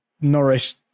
Norris